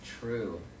true